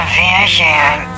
vision